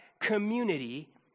community